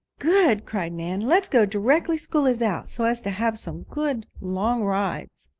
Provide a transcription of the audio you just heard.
good! cried nan. let us go directly school is out, so as to have some good, long rides.